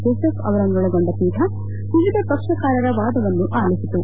Joseph ಅವರುಗಳನ್ನೊಳಗೊಂಡ ಪೀಕ ವಿವಿಧ ಪಕ್ಷಕಾರರ ವಾದವನ್ನು ಆಲಿಸಿತು